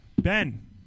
Ben